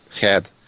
head